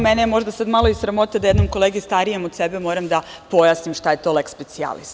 Mene je možda sad malo i sramota da jednom kolegi starijem od sebe moram da pojasnim šta je to leks specijalis.